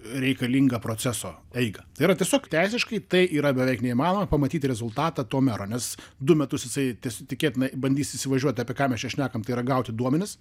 reikalinga proceso eiga tai yra tiesiog teisiškai tai yra beveik neįmanoma pamatyti rezultatą to mero nes du metus jisai tiesiog tikėtina bandys įsivažiuoti apie ką mes šnekam tai yra gauti duomenis